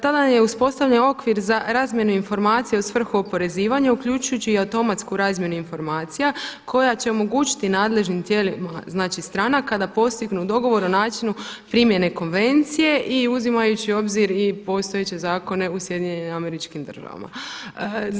Tada je uspostavljen okvir za razmjenu informacija u svrhu oporezivanja uključujući i automatsku razmjenu informacija koja će omogućiti nadležnim tijelima znači stranka da postignu dogovor o načinu primjene konvencije i uzimajući u obzir i postojeće zakone u SAD-u.